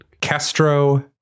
Castro